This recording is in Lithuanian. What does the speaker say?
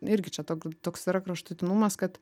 irgi čia tok toks yra kraštutinumas kad